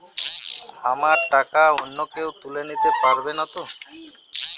আমার টাকা অন্য কেউ তুলে নিতে পারবে নাতো?